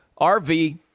RV